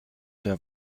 der